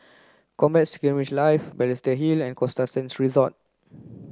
Combat Skirmish Live Balestier Hill and Costa Sands Resort